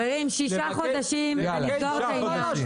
חברים, שישה חודשים ונסגור את העניין.